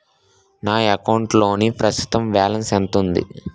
నా అకౌంట్ లోని ప్రస్తుతం బాలన్స్ ఎంత ఉంది?